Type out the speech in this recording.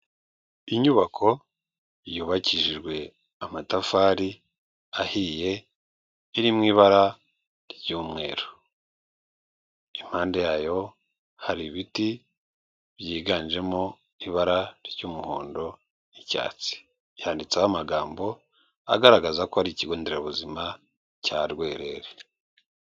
Inyubako yubakishijwe amatafari ahiye iriri mu ibara ry'umweru. Impande yayo hari ibiti byiganjemo ibara ry'umuhondo n'icyatsi, Handitseho amagambo agaragaza ko ari ikigonderabuzima cya rwerere.